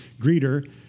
greeter